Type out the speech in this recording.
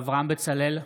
אברהם בצלאל,